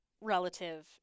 Relative